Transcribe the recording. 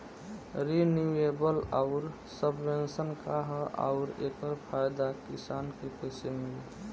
Renewable आउर subvention का ह आउर एकर फायदा किसान के कइसे मिली?